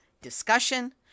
discussion